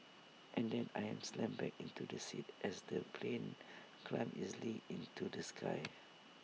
and then I am slammed back into the seat as the plane climbs easily into the sky